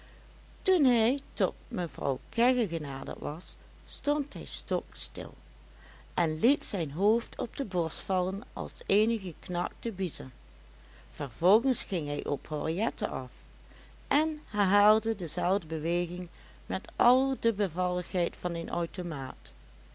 toen hij tot mevrouw kegge genaderd was stond hij stokstil en liet zijn hoofd op de borst vallen als eene geknakte bieze vervolgens ging hij op henriette af en herhaalde dezelfde beweging met al de bevalligheid van een automaat